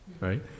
right